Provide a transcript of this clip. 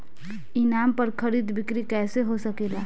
ई नाम पर खरीद बिक्री कैसे हो सकेला?